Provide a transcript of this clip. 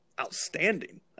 outstanding